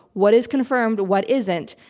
what is confirmed, what isn't?